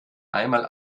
einmal